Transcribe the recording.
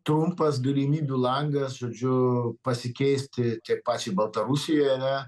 trumpas galimybių langas žodžiu pasikeisti tiek pačiai baltarusijai ane